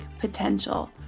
potential